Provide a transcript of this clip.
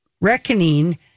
reckoning